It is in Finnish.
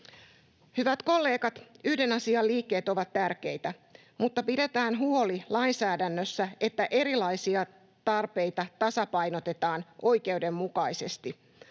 Hyvät kollegat, yhden asian liikkeet ovat tärkeitä, mutta pidetään huoli lainsäädännössä, että erilaisia tarpeita tasapainotetaan oikeudenmukaisesti.